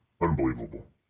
Unbelievable